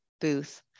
booth